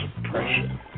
suppression